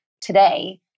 today